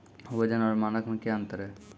वजन और मानक मे क्या अंतर हैं?